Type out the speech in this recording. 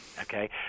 Okay